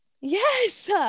Yes